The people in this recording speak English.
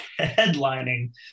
headlining